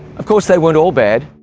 of course they weren't all bad,